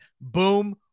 boom